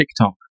TikTok